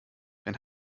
wenn